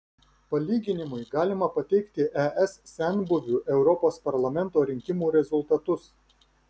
palyginimui galima pateikti es senbuvių europos parlamento rinkimų rezultatus